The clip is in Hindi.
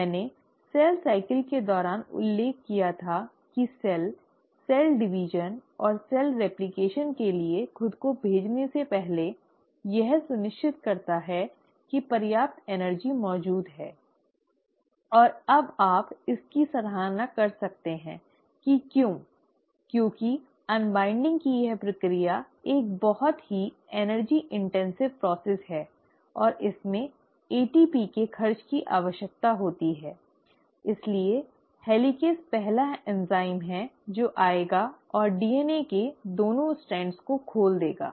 मैंने सेल चक्र के दौरान उल्लेख किया था कि सेल सेल डिवीजन और सेल रेप्लकेशन के लिए खुद को भेजने से पहले यह सुनिश्चित करता है कि पर्याप्त ऊर्जा मौजूद है और अब आप इसकी सराहना कर सकते हैं कि क्यों क्योंकि अन्वाइन्डिंग की यह प्रक्रिया एक बहुत ही ऊर्जा गहन प्रक्रिया है और इसमें ATP के खर्च की आवश्यकता होती है इसलिए हेलिकेज़ पहला एंजाइम है जो आएगा और DNA के 2 स्ट्रैंड को खोल देगा